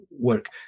work